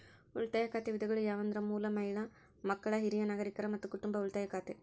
ಉಳಿತಾಯ ಖಾತೆ ವಿಧಗಳು ಯಾವಂದ್ರ ಮೂಲ, ಮಹಿಳಾ, ಮಕ್ಕಳ, ಹಿರಿಯ ನಾಗರಿಕರ, ಮತ್ತ ಕುಟುಂಬ ಉಳಿತಾಯ ಖಾತೆ